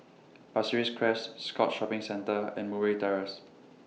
Pasir Ris Crest Scotts Shopping Centre and Murray Terrace